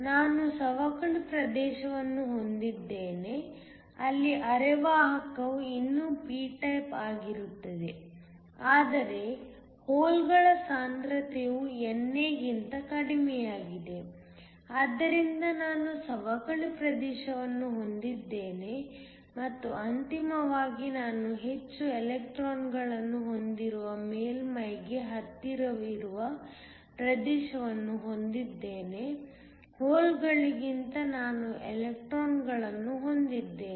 ನಾನು ಸವಕಳಿ ಪ್ರದೇಶವನ್ನು ಹೊಂದಿದ್ದೇನೆ ಅಲ್ಲಿ ಅರೆವಾಹಕವು ಇನ್ನೂ p ಟೈಪ್ ಆಗಿರುತ್ತದೆ ಆದರೆ ಹೋಲ್ಗಳ ಸಾಂದ್ರತೆಯು NA ಗಿಂತ ಕಡಿಮೆಯಾಗಿದೆ ಆದ್ದರಿಂದ ನಾನು ಸವಕಳಿ ಪ್ರದೇಶವನ್ನು ಹೊಂದಿದ್ದೇನೆ ಮತ್ತು ಅಂತಿಮವಾಗಿ ನಾನು ಹೆಚ್ಚು ಎಲೆಕ್ಟ್ರಾನ್ಗಳನ್ನು ಹೊಂದಿರುವ ಮೇಲ್ಮೈಗೆ ಹತ್ತಿರವಿರುವ ಪ್ರದೇಶವನ್ನು ಹೊಂದಿದ್ದೇನೆ ಹೋಲ್ಗಳಿಗಿಂತ ನಾನು ಎಲೆಕ್ಟ್ರಾನ್ಗಳನ್ನು ಹೊಂದಿದ್ದೇನೆ